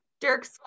Dirk